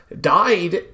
died